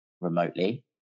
remotely